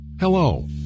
Hello